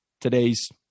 today's